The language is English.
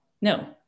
no